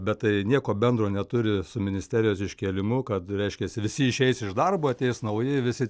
bet tai nieko bendro neturi su ministerijos iškėlimu kad reiškiasi visi išeis iš darbo ateis nauji visi